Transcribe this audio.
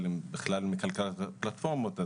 אבל הם בכלל לא מכלכלת הפלטפורמות,